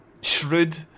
shrewd